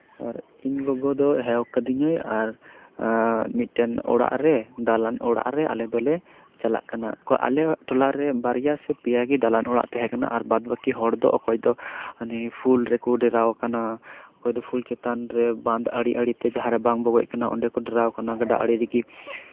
ᱟᱨ ᱤᱧ ᱜᱚᱜᱚ ᱫᱚᱭ ᱦᱮᱣ ᱟᱠᱟᱫᱤᱧᱟᱹ ᱟᱨ ᱢᱤᱫᱴᱮᱱ ᱚᱲᱟᱜ ᱨᱮ ᱫᱟᱞᱟᱱ ᱚᱲᱟᱜ ᱨᱮ ᱟᱞᱮ ᱫᱚᱞᱮ ᱪᱟᱞᱟᱜ ᱠᱟᱱᱟ ᱟᱞᱮ ᱴᱚᱞᱟᱨᱮ ᱵᱟᱨᱭᱟ ᱥᱮ ᱯᱮᱭᱟᱜᱮ ᱫᱟᱞᱟᱱ ᱚᱲᱟᱜ ᱛᱟᱦᱮᱸ ᱠᱟᱱᱟ ᱵᱟᱫᱽ ᱵᱟᱹᱠᱤ ᱦᱚᱲᱫᱚ ᱚᱠᱚᱭ ᱫᱚ ᱯᱷᱩᱞ ᱨᱮᱠᱚ ᱰᱮᱨᱟᱣ ᱟᱠᱟᱱᱟ ᱚᱠᱚᱭ ᱫᱚ ᱯᱷᱩᱞ ᱪᱮᱛᱟᱱ ᱨᱮ ᱵᱟᱸᱫᱽ ᱟᱲᱮ ᱟᱲᱮᱛᱮ ᱡᱟᱦᱟᱸᱨᱮ ᱵᱟᱝ ᱵᱚᱜᱚᱡ ᱟᱠᱟᱱᱟ ᱚᱸᱰᱮᱠᱚ ᱰᱮᱨᱟ ᱟᱠᱟᱱᱟ ᱜᱟᱰᱟ ᱟᱲᱮ ᱨᱮᱜᱮ